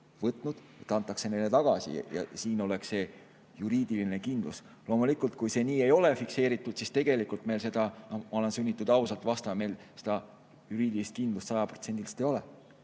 võtnud, antakse neile tagasi ja siin oleks see juriidiline kindlus. Loomulikult, kui see ei ole nii fikseeritud, siis tegelikult meil seda, ma olen sunnitud ausalt vastama, juriidilist kindlust sada